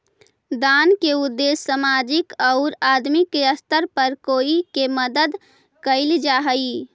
दान के उद्देश्य सामाजिक औउर आदमी के स्तर पर कोई के मदद कईल जा हई